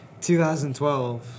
2012